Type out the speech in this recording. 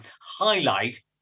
highlight